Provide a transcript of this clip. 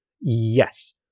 Yes